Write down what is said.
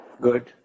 Good